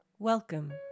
Welcome